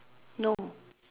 no